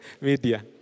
media